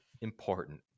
important